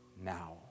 now